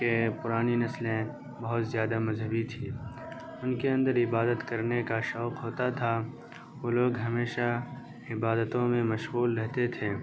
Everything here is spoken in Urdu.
کہ پرانی نسلیں بہت زیادہ مذہبی تھی ان کے اندر عبادت کرنے کا شوق ہوتا تھا وہ لوگ ہمیشہ عبادتوں میں مشغول رہتے تھے